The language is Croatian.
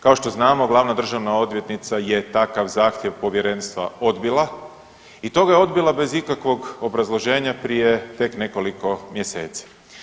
Kao što znamo glavna državna odvjetnica je takav zahtjev povjerenstva odbila i to ga je odbila bez ikakvog obrazloženja prije tek nekoliko mjeseci.